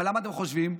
אבל למה, אתם חושבים?